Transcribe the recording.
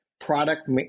product